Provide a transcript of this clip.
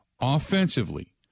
offensively